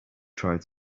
trying